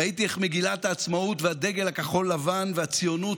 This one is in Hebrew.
ראיתי איך מגילת העצמאות והדגל הכחול-לבן והציונות